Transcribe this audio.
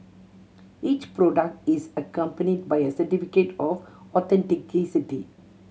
each product is accompanied by a certificate of